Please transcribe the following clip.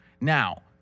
Now